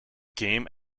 game